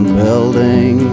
building